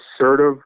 assertive